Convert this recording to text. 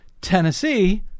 Tennessee